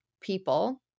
people